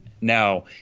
Now